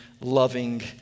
loving